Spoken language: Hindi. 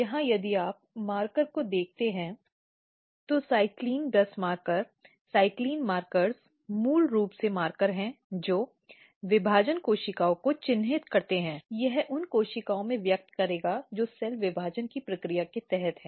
यहां यदि आप मार्कर को देखते हैं तो साइक्लिन गस मार्करcyclin gus marker साइक्लिन मार्कर मूल रूप से मार्कर हैं जो विभाजन कोशिकाओं को चिह्नित करते हैं यह उन कोशिकाओं में व्यक्त करेगा जो सेल विभाजन की प्रक्रिया के तहत है